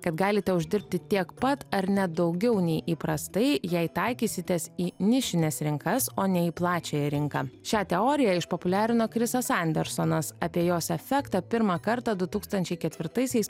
kad galite uždirbti tiek pat ar net daugiau nei įprastai jei taikysitės į nišines rinkas o ne į plačiąją rinką šią teoriją išpopuliarino chrisas andersonas apie jos efektą pirmą kartą du tūkstančiai ketvirtaisiais